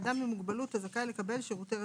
כאדם עם מוגבלות הזכאי לקבל שירותי רווחה,